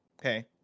Okay